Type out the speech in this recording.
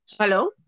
Hello